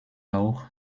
auch